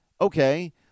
okay